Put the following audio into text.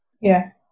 yes